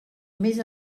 més